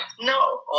no